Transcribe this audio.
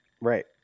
Right